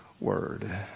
Word